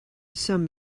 some